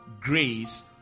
grace